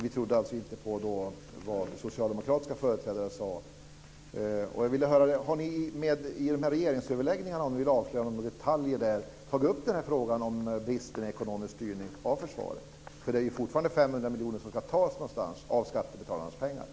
Vi trodde alltså inte på vad socialdemokratiska företrädare sade. Jag vill höra: Har ni i de här regeringsöverläggningarna, om ni vill avslöja några detaljer därifrån, tagit upp frågan om brister i ekonomisk styrning av försvaret? Det är fortfarande 500 miljoner av skattebetalarnas pengar som ska tas någonstans ifrån.